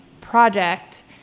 project